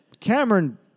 Cameron